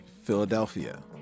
Philadelphia